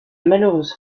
malheureuse